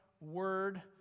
word